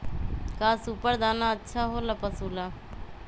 का सुपर दाना अच्छा हो ला पशु ला?